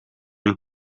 een